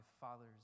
Father's